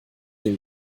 dem